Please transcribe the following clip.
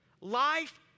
Life